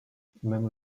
même